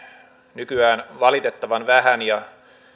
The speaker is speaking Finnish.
nykyään valitettavan vähän ja